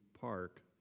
park